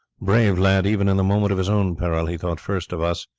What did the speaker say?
brave lad, even in the moment of his own peril he thought first of us.